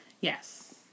Yes